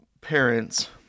parents